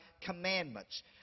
commandments